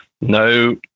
no